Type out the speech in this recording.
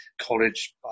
College